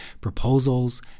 proposals